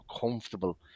comfortable